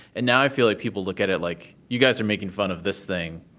and now i feel like people look at it, like, you guys are making fun of this thing,